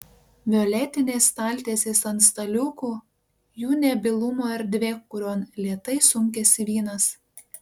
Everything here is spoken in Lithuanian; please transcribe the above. violetinės staltiesės ant staliukų jų nebylumo erdvė kurion lėtai sunkiasi vynas